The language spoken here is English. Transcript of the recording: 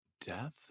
death